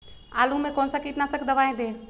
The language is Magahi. आलू में कौन सा कीटनाशक दवाएं दे?